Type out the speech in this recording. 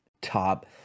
top